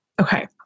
Okay